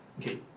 Okay